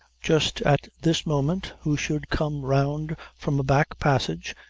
just at this moment, who should come round from a back passage,